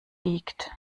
liegt